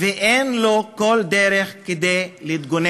ואין לו כל דרך להתגונן.